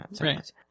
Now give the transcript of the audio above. Right